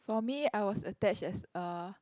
for me I was attached as a